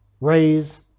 raise